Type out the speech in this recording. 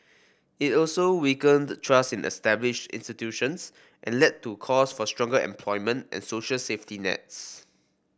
it also weakened trust in established institutions and led to calls for stronger employment and social safety nets